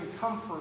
comfort